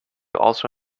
also